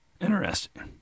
Interesting